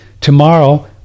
Tomorrow